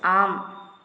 ஆம்